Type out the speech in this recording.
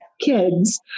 kids